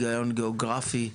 והיגיון גיאוגרפי.